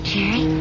Jerry